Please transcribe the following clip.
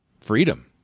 freedom